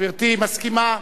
גברתי מסכימה.